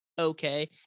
Okay